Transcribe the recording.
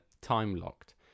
time-locked